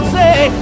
Say